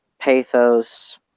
pathos